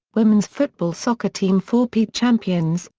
women's football soccer team four peat champions,